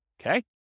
Okay